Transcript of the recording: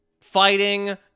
fighting